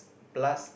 plus